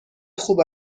خوب